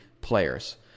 players